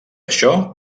això